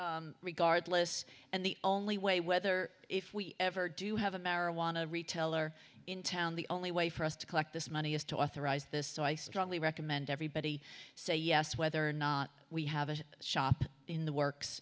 goes regardless and the only way whether if we ever do have a marijuana retailer in town the only way for us to collect this money is to authorize this so i strongly recommend everybody say yes whether or not we have a shop in the works